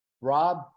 Rob